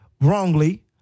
wrongly